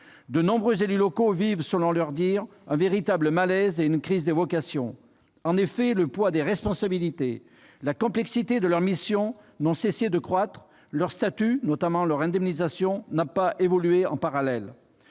De nombreux élus locaux vivent, selon leurs propres mots, un « véritable malaise » et une « crise des vocations ». En effet, le poids des responsabilités et la complexité de leurs missions n'ont cessé de croître, alors que leur statut, notamment leur indemnisation, n'a pas évolué en parallèle.